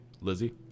Lizzie